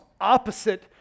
opposite